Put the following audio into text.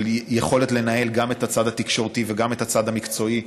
של יכולת לנהל גם את הצד התקשורתי וגם את הצד המקצועי.